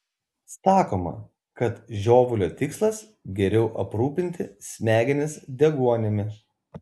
sakoma kad žiovulio tikslas geriau aprūpinti smegenis deguonimi